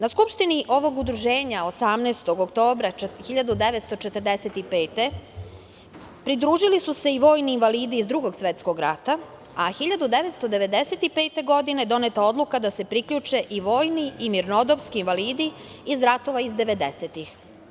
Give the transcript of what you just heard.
Na Skupštini ovog Udruženja 18. oktobra 1945. godine pridružili su se i vojni invalidi iz Drugog svetskog rata, a 1995. godine doneta je Odluka da se priključe i vojni i mirnodopski invalidi iz ratova 90-ih.